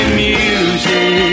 music